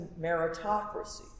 meritocracy